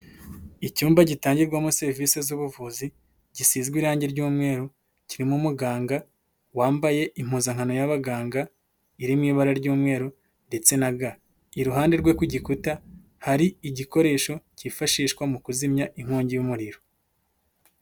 Icyumba gitangirwamo serivisi z'ubuvuzi gisizwe irangi ry'umweru kirimo umuganga wambaye impuzankano y'abaganga iri mu ibara ry'umweru ndetse na ga, iruhande rwe ku gikuta hari igikoresho cyifashishwa mu kuzimya inkongi y'umuriro.